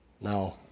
Now